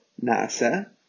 Nasa